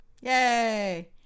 Yay